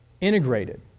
integrated